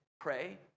pray